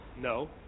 No